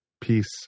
Peace